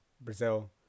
Brazil